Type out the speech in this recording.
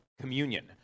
communion